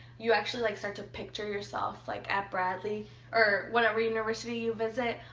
you actually like start to picture yourself like at bradley or whatever university you visit.